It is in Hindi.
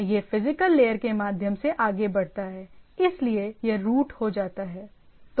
और यह फिजिकल लेयर के माध्यम से आगे बढ़ता है इसलिए यह रूट हो जाता है